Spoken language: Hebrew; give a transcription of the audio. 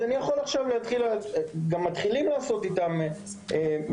אז אני יכול עכשיו להתחיל לעשות איתם מסחר